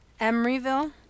Emeryville